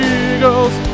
eagles